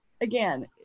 again